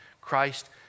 Christ